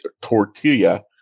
tortilla